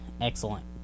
Excellent